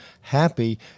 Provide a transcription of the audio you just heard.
happy